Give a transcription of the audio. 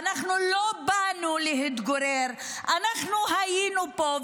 ואנחנו לא באנו להתגורר, אנחנו היינו פה.